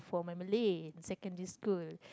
for my Malay in secondary school